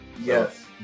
Yes